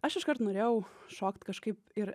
aš iškart norėjau šokt kažkaip ir